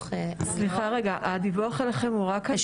סליחה, הדיווח אליכם הוא רק על